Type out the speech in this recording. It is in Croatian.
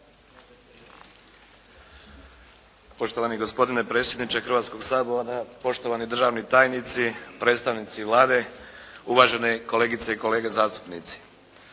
Poštovani gospodine predsjedniče Hrvatskoga sabora, poštovani državni tajnici, predstavnici Vlade, uvažene kolegice i kolege zastupnici.